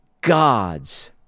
God's